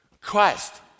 Christ